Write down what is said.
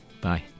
Bye